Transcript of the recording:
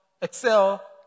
excel